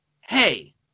hey